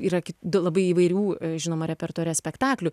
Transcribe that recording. yra labai įvairių žinoma repertuare spektaklių